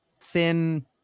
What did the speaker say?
thin